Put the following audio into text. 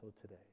today